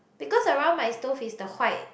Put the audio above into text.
because around my stove is the white